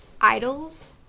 idols